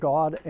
God